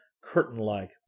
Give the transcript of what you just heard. curtain-like